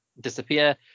disappear